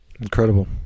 Incredible